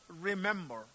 remember